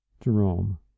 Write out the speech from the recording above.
jerome